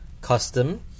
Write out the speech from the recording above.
custom